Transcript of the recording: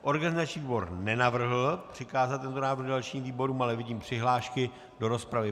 Organizační výbor nenavrhl přikázat tento návrh dalším výborům, ale vidím přihlášky do rozpravy.